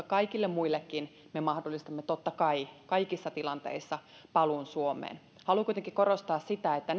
kaikille muillekin me mahdollistamme totta kai kaikissa tilanteissa paluun suomeen haluan kuitenkin korostaa sitä että